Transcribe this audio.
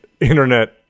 internet